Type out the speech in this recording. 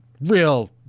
real